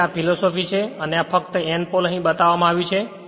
તેથી આ તે જ ફિલોસૂફી છે અને આ ફક્ત N પોલ અહીં બતાવવામાં આવ્યું છે